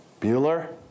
Bueller